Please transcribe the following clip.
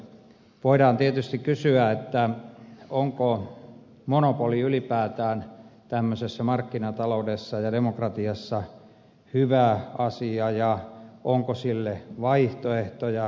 voidaan tietysti kysyä onko monopoli ylipäätään tämmöisessä markkinataloudessa ja demokratiassa hyvä asia ja onko sille vaihtoehtoja